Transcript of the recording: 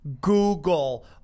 Google